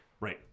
Right